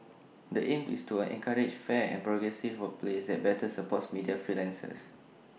the aim is to encourage fair and progressive workplaces that better supports media freelancers